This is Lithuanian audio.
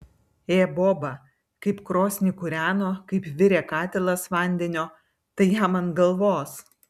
ė boba kaip krosnį kūreno kaip virė katilas vandenio tai jam ant galvos